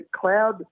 cloud